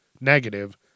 negative